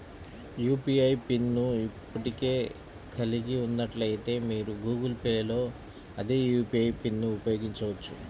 UPI PIN ను ఇప్పటికే కలిగి ఉన్నట్లయితే, మీరు గూగుల్ పే లో అదే యూ.పీ.ఐ పిన్ను ఉపయోగించవచ్చు